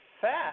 fat